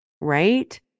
Right